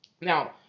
now